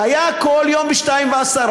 היה כל יום ב-14:10.